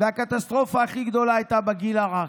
והקטסטרופה הכי גדולה הייתה בגיל הרך.